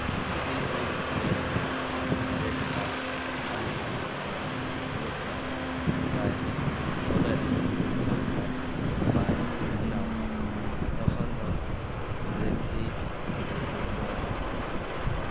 ᱡᱩᱫᱤ ᱩᱱᱤ player red card ᱵᱟᱝᱠᱷᱟᱡ ᱚᱱᱟ ᱦᱩᱞᱩᱫ ᱠᱟᱨᱰ ᱵᱟᱭ ᱯᱷᱳᱞᱳᱭᱟ ᱵᱟᱝᱠᱷᱟᱡ ᱵᱟᱭ ᱢᱟᱱᱟᱣᱟ ᱛᱚᱠᱷᱚᱱ ᱨᱮᱯᱷᱨᱤ ᱚᱱᱟ